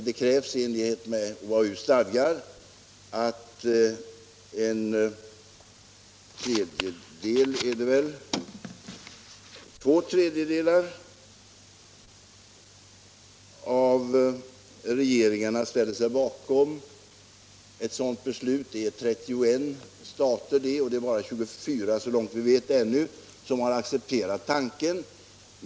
Det krävs i enlighet med OAU:s stadgar att två tredjedelar av regeringarna ställer sig bakom ett sådant beslut. Det innebär 31 stater, och det är bara 24 så långt vi vet ännu, som har accepterat tanken.